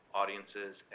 audiences